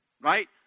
Right